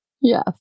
Yes